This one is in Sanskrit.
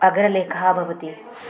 अग्रलेखः भवति